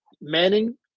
Manning